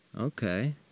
Okay